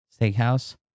Steakhouse